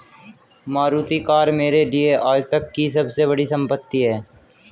Maruti car मेरे लिए आजतक की सबसे बड़ी संपत्ति है